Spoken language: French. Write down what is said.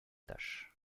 tâche